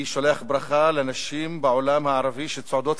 אני שולח ברכה לנשים בעולם הערבי שצועדות